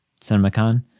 CinemaCon